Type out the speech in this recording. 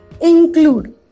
include